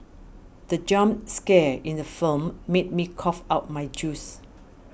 the jump scare in the film made me cough out my juice